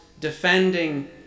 defending